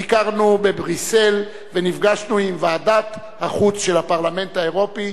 ביקרנו בבריסל ונפגשנו עם ועדת החוץ של הפרלמנט האירופי,